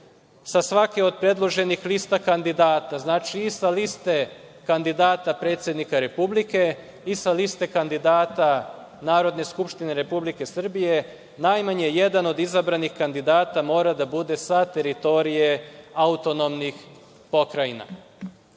sa svake od predloženih lista kandidata, znači i sa liste kandidata predsednika Republike i sa liste kandidata Narodne skupštine Republike Srbije najmanje jedan od izabranih kandidata mora da bude sa teritorije autonomnih pokrajina. Ja